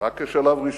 רק כשלב ראשון.